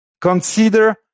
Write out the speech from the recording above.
consider